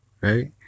right